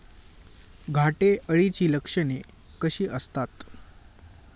घाटे अळीची लक्षणे कशी असतात?